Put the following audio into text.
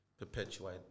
Perpetuate